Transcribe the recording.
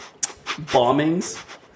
bombings